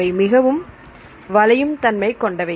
அவை மிகவும் வளையும் தன்மை கொண்டவை